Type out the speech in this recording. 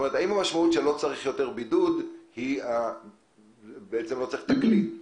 האם המשמעות של זה שלא נצטרך יותר בידוד היא שבעצם לא צריך את הכלי?